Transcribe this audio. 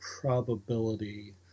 probability